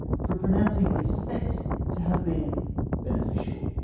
for pronouncing its effect to have been beneficial.